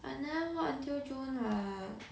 I never work until june what